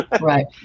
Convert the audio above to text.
Right